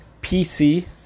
PC